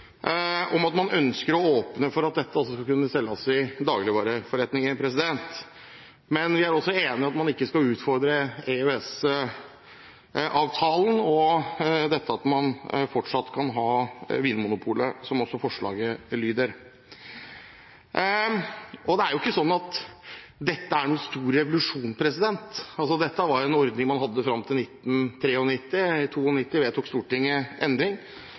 at man ønsker å åpne for at dette også skal kunne selges i dagligvareforretninger. Men vi er også enig i at man ikke skal utfordre EØS-avtalen og dette at man fortsatt kan ha vinmonopol, slik det også står i forslaget. Det er jo ikke sånn at dette er en stor revolusjon. Dette var en ordning man hadde fram til 1993 – i 1992 vedtok Stortinget endring